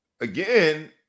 again